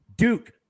Duke